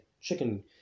chicken